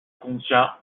contient